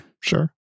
Sure